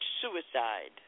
suicide